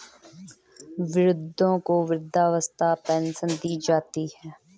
वृद्धों को वृद्धावस्था पेंशन दी जाती है